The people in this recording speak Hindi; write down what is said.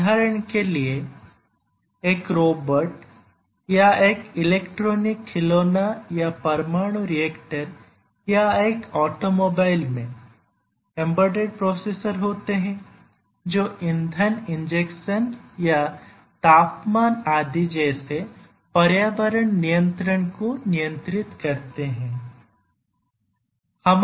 उदाहरण के लिए एक रोबोट या एक इलेक्ट्रॉनिक खिलौना या परमाणु रिएक्टर या एक ऑटोमोबाइल में एम्बेडेड प्रोसेसर होते हैं जो ईंधन इंजेक्शन या तापमान आदि जैसे पर्यावरण नियंत्रण को नियंत्रित करते हैं